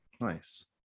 Nice